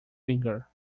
finger